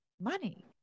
money